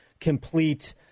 complete